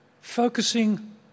focusing